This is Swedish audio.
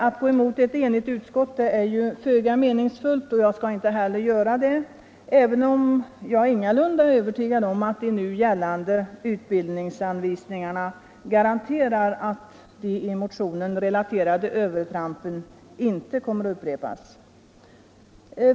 Att gå mot ett enigt utskott är föga meningsfullt, och jag skall inte heller göra det, även om jag ingalunda är övertygad om att nu gällande utbildningsanvisningar garanter”r att de i motionen relaterade övertrampen inte kommer att upprepas.